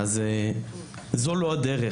אז זאת לא הדרך,